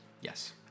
Yes